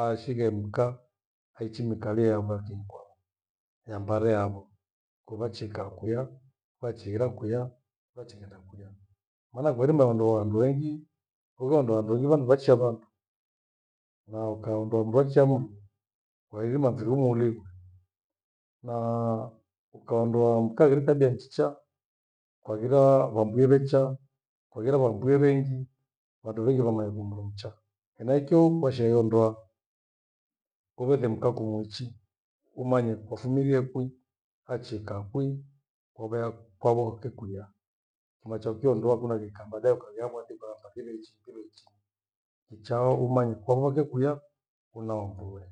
ashighe mka aichi miikalie yamakinkwa ya mbare yavo. Kuvachikaa kwiya vachihira kwiya, vachighenda kwiya. Maana kwarima aondoa handu wengi ugheondoa handu ghila nivaisha vandu na ukaondoa mndu akisha mndu kwairima mfiru mulimu. Naa ukaondoa mkaa heri tabia njicha kwaghira wabwirecha kwaghira vambwie vengi vandu vengi vamanya kumndu mcha. Henaicho kwasheghe ndoa kuvethe mkaa kumwichi. Umanye akafumilie kwi achika kwi uveako- kwako kuke kwia henachokio ndoa kunakirika baadae ukageava thiku enasafiri ichi ivichi ichao umanye kwavoke kwia kunaumbuye.